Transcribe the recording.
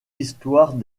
histoires